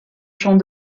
champs